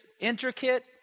intricate